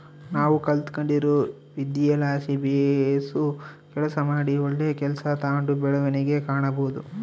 ನಾವು ಕಲಿತ್ಗಂಡಿರೊ ವಿದ್ಯೆಲಾಸಿ ಬೇಸು ಕೆಲಸ ಮಾಡಿ ಒಳ್ಳೆ ಕೆಲ್ಸ ತಾಂಡು ಬೆಳವಣಿಗೆ ಕಾಣಬೋದು